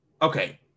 Okay